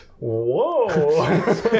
Whoa